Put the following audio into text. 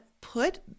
put